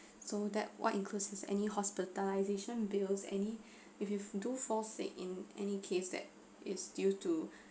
so that what inclusive any hospitalization bills any if you do fall sick in any case that is due to